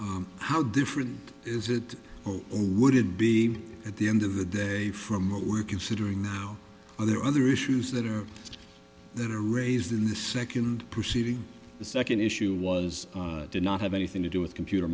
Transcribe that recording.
how different is it only would it be at the end of the day from what we're considering now are there other issues that are just that are raised in the second proceeding the second issue was did not have anything to do with computer